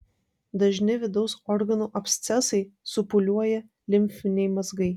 dažni vidaus organų abscesai supūliuoja limfiniai mazgai